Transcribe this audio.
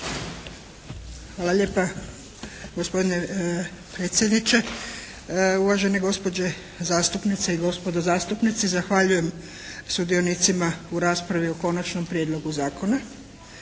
Hvala lijepa. Gospodine predsjedniče, uvažene gospođe zastupnice i gospodo zastupnici. Zahvaljujem sudionicima u raspravi o Konačnom prijedlogu zakona.